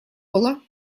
было